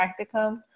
practicum